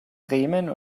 bremen